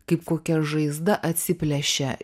kaip kokia žaizda atsiplėšia